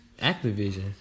Activision